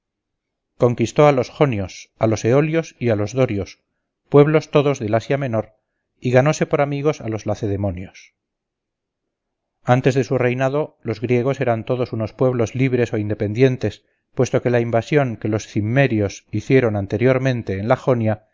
conquistó a los jonios a los eolios y a los dorios pueblos todos del asia menor y ganóse por amigos a los lacedemonios antes de su reinado los griegos eran todos unos pueblos libres o independientes puesto que la invasión que los cimmerios hicieron anteriormente en la jonia